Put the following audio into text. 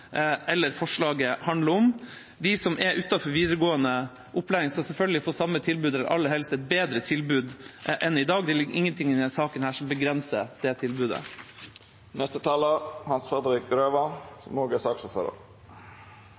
eller forslaget handler om. De som er utenfor videregående opplæring, skal selvfølgelig få samme tilbud som i dag, eller aller helst et bedre tilbud enn i dag. Det ligger ingenting i denne saken som begrenser det tilbudet. Jeg skal være kort, men jeg vil understreke at jeg tror det er